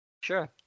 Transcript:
Sure